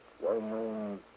well-known